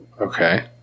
okay